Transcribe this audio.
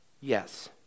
Yes